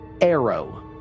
arrow